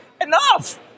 Enough